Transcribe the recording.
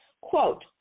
Quote